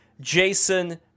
Jason